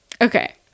Okay